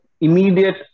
immediate